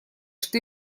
что